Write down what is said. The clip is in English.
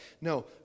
No